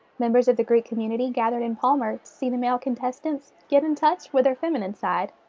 members of the greek community gathered in palmer to see the male contestants get in touch with their feminine side.